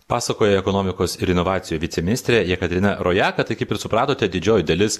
pasakoja ekonomikos ir inovacijų viceministrė jekaterina rojaka tai kaip ir supratote didžioji dalis